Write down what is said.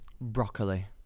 Broccoli